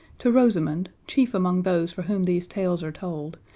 to rosamund, chief among those for whom these tales are told,